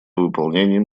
выполнением